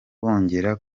bongera